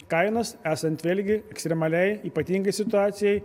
kainas esant vėlgi ekstremaliai ypatingai situacijai